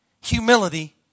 humility